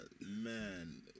Man